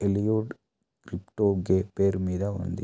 ఎలియోడ్ క్రిప్టో గే పేరు మీద ఉంది